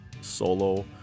solo